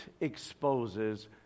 exposes